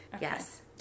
Yes